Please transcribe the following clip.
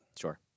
Sure